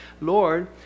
Lord